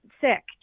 sick